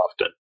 often